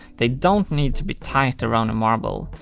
they don't need to be tight around a marble.